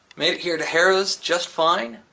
made it here to harrah's just fine,